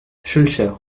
schœlcher